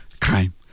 crime